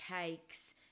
cakes